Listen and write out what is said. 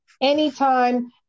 Anytime